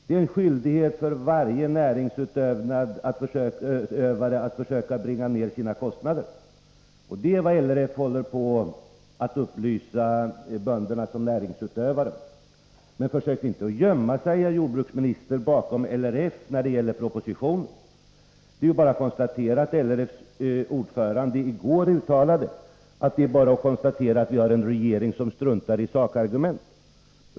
Det är en skyldighet för varje näringsutövare att söka bringa ner sina kostnader, och det är vad LRF håller på att upplysa bönderna som näringsutövare om. Men försök som sagt inte att gömma er, herr jordbruksminister, bakom LRF när det gäller propositionen. LRF:s ordförande uttalade i går att det är bara att konstatera att vi har en regering som struntar i sakargument.